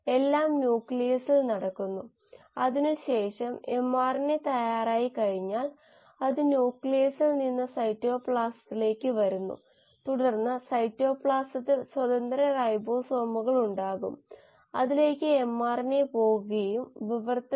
കോശത്തെ തുടക്കത്തിൽ ഒരു കറുത്ത പെട്ടിയായി കാണാമെന്നും ബയോറിയാക്ഷൻ സ്റ്റോകിയോമെട്രി ഉപയോഗിച്ച് ചില ഉൾക്കാഴ്ചകൾ ലഭിക്കുമെന്നും നമ്മൾ പറഞ്ഞു